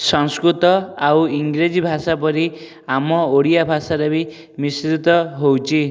ସଂସ୍କୃତ ଆଉ ଇଂରେଜୀ ଭାଷା ପରି ଆମ ଓଡ଼ିଆ ଭାଷାରେ ବି ମିଶ୍ରିତ ହେଉଛି